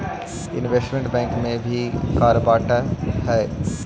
investment bank में भी कार्य बंटल हई